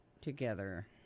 together